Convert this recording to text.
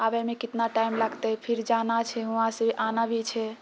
आबैमे कितना टाइम लगतै फेर जाना छै वहाँसँ आना भी छै